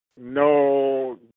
no